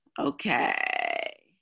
okay